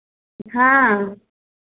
हाँ